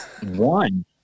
one